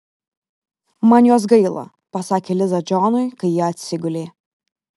man jos gaila pasakė liza džonui kai jie atsigulė